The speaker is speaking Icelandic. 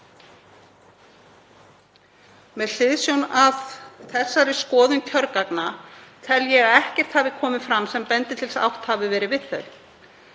Með hliðsjón af þessari skoðun kjörgagna tel ég að ekkert hafi komið fram sem bendi til þess að átt hafi verið við þau.